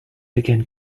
began